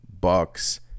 Bucks